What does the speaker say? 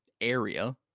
area